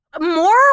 More